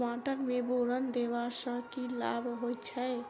टमाटर मे बोरन देबा सँ की लाभ होइ छैय?